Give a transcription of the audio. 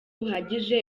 buhagije